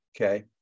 okay